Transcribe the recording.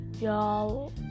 y'all